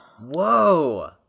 Whoa